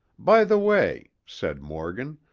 by the way, said morgan,